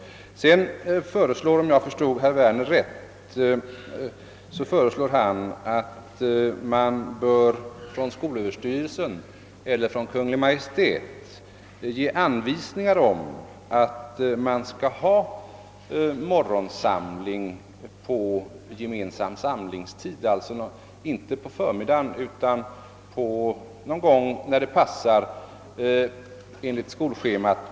Herr Werner föreslog, om jag förstod honom rätt, att skolöverstyrelsen eller Kungl. Maj:t skall ge anvisningar om att morgonsamling skall äga rum på viss gemensam tid — inte nödvändigtvis på förmiddagen, utan någon gång när det passar enligt skolschemat.